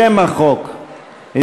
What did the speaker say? לשם החוק,